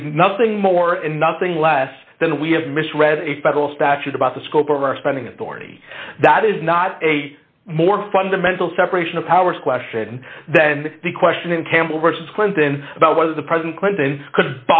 is nothing more and nothing less than we have misread a federal statute about the scope of our spending authority that is not a more fundamental separation of powers question than the question campbell versus clinton about whether the president clinton could